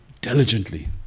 diligently